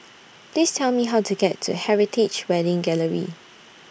Please Tell Me How to get to Heritage Wedding Gallery